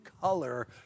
color